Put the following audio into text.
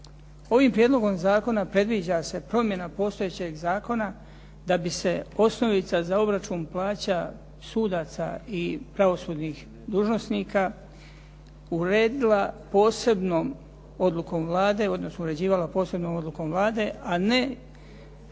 Ovim prijedlogom zakona predviđa se promjena postojećeg zakona da bi se osnovica za obračun plaća sudaca i pravosudnih dužnosnika uredila posebnom odlukom Vlade, odnosno uređivala posebnom odlukom Vlade, a ne